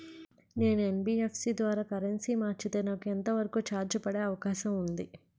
నేను యన్.బి.ఎఫ్.సి ద్వారా కరెన్సీ మార్చితే నాకు ఎంత వరకు చార్జెస్ పడే అవకాశం ఉంది?